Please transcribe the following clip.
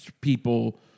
people